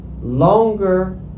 longer